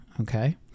Okay